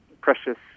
precious